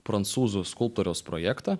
prancūzų skulptoriaus projektą